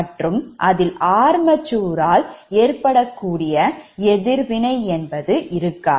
மற்றும் அதில் armatureனால் ஏற்படக்கூடிய எதிர்வினை என்பது இருக்காது